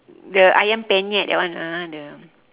the ayam penyet that one ah the